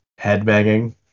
headbanging